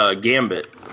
Gambit